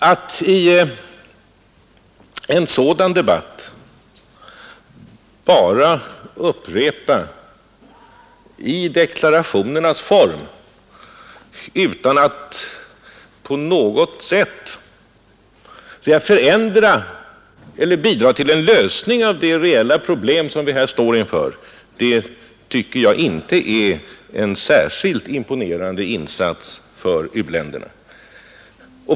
Att i en sådan debatt bara upprepa tidigare deklarationer utan att på något sätt bidra till en lösning av de reella problem som vi här står inför tycker jag inte är någon särskilt imponerande insats för u-länderna.